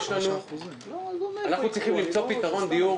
אנחנו צריכים למצוא פתרון דיור.